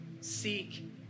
Seek